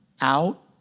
out